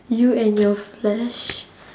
you and your flash